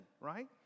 right